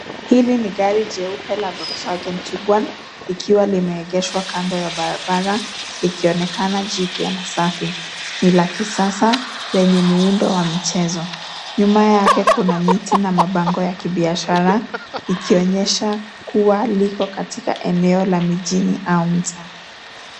Hili ni gari jeupe la Volkswagen Tiguan , likiwa limeegeshwa kando ya barabara likionekana jipya na safi. Ni la kisasa, lenye muundo wa michezo. Nyuma yake kuna miti na mabango ya kibiashara, ikionyesha kuwa liko katika eneo la mijini au mtaa.